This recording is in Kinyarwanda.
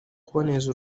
kuboneza